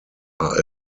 are